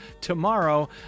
tomorrow